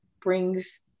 brings